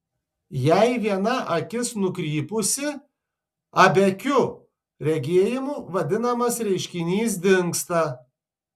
jei viena akis nukrypusi abiakiu regėjimu vadinamas reiškinys dingsta